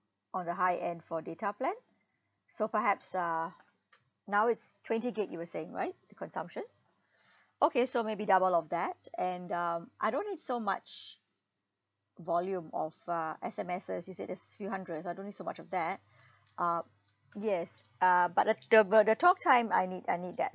on the high end for data plan so perhaps uh now it's twenty gig you were saying right the consumption okay so maybe double of that and um I don't need so much volume of uh S_M_Ses you said it's few hundreds I don't need so much of that um yes uh but the the but the talk time I need I need that